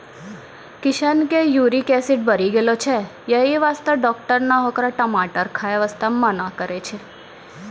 किशन के uric acid बढ़ी गेलो छै यही वास्तॅ डाक्टर नॅ होकरा टमाटर खाय वास्तॅ मना करनॅ छै